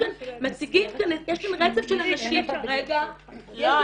יש כאן רצף של אנשים -- לא,